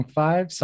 five